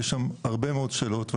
יש שם הרבה מאוד שאלות.